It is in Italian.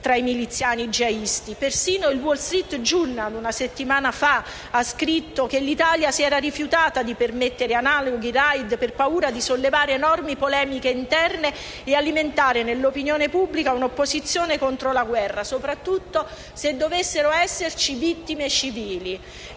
tra i miliziani jihadisti. Persino il «Wall Street Journal», una settimana fa, ha scritto che l'Italia si era rifiutata di permettere analoghi *raid* per paura di sollevare enormi polemiche interne ed alimentare nell'opinione pubblica un'opposizione contro la guerra, soprattutto se dovessero esserci vittime civili.